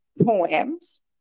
poems